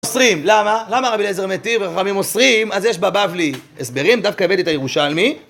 אוסרים, למה? למה רבי אליעזר מתיר וחכמים אוסרים? על זה יש בבבלי הסברים, דווקא הבאתי את הירושלמי...